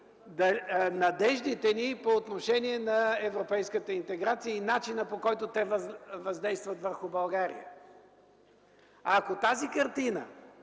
надеждите ни по отношение на европейската интеграция и начина, по който те въздействат върху България. Ако тази картина,